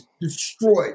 destroyed